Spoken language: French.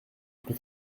plus